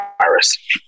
virus